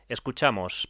Escuchamos